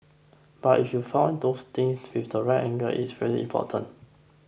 but if you found those things with the right angle it's really important